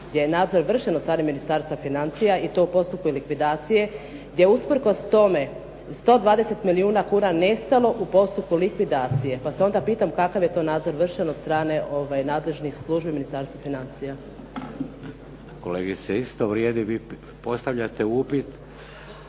gdje je nadzor vršen od strane Ministarstva financija i to u postupku likvidacije, gdje je usprkos tome 120 milijuna kuna nestalo u postupku likvidacije pa se onda pitam kakav je to nadzor vršen od strane nadležnih službi Ministarstva financija. **Šeks, Vladimir (HDZ)** Kolegice, isto vrijedi. Vi postavljate upit.